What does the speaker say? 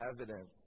evidence